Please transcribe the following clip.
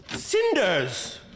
CINDERS